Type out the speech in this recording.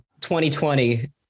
2020